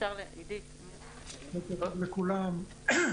בוקר טוב.